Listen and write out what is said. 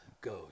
goes